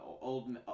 old